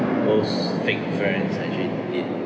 most fake friends actually did